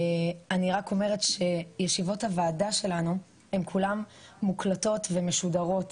אני רק אומרת שישיבות הוועדה שלנו הן כולן מוקלטות ומשודרות.